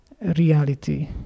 reality